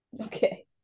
Okay